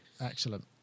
excellent